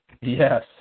Yes